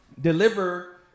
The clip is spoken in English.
deliver